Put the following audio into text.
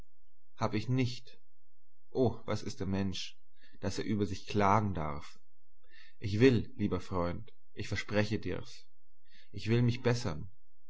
hab ich nicht o was ist der mensch daß er über sich klagen darf ich will lieber freund ich verspreche dir's ich will mich bessern